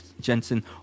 Jensen